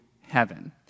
heaven